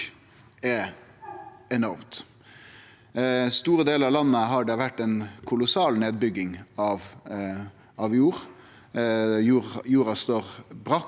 er enormt. I store delar av landet har det vore ei kolossal nedbygging av jord. Jorda står brakk,